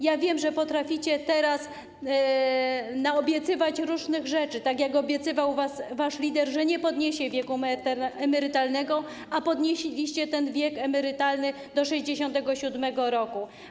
Ja wiem, że potraficie teraz naobiecywać różnych rzeczy, tak jak obiecywał wasz lider, że nie podniesie wieku emerytalnego, a podnieśliście ten wiek emerytalny do 67. roku.